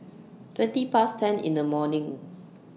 twenty Past ten in The morning